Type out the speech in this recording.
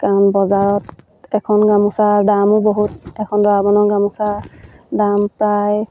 কাৰণ বজাৰত এখন গামোচাৰ দামো বহুত এখন দৰা বৰণৰ গামোচাৰ দাম প্ৰায়